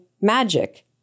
magic